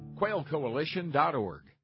quailcoalition.org